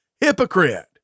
Hypocrite